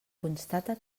constata